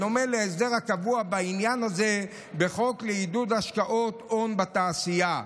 בדומה להסדר הקבוע בעניין הזה בחוק לעידוד השקעות הון בתעשייה.